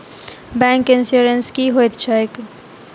Bank insurance की होइत छैक?